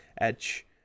Edge